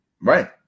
Right